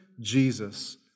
Jesus